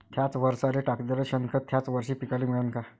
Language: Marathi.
थ्याच वरसाले टाकलेलं शेनखत थ्याच वरशी पिकाले मिळन का?